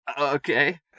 Okay